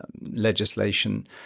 legislation